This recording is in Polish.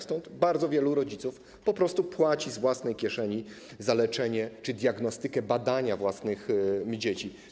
Stąd bardzo wielu rodziców po prostu płaci z własnej kieszeni za leczenie czy diagnostykę, badania własnych dzieci.